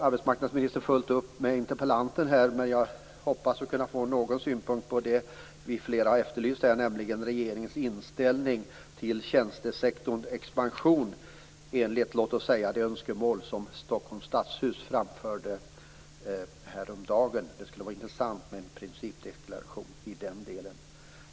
Arbetsmarknadsministern hade nyss fullt upp med deltagarna i den här interpellationsdebatten. Jag hoppas ändå att det går att få någon synpunkt på det som flera här har efterlyst besked om, nämligen regeringens inställning till tjänstesektorns expansion i enlighet med, låt oss säga, det önskemål som framfördes från Stockholms stadshus häromdagen. Det skulle vara intressant med en principdeklaration i den delen.